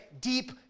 deep